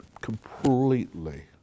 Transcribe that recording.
completely